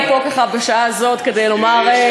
אני פה ככה בשעה הזאת כדי לומר,